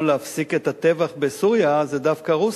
להפסיק את הטבח בסוריה זו דווקא רוסיה.